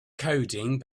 coding